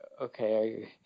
okay